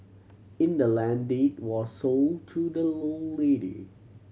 in the land deed was sold to the lone lady